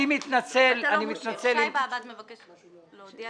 אני מתנצל אם --- שי באב"ד מבקש להודיע